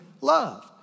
love